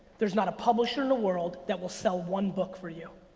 there's not a publisher in the world that will sell one book for you.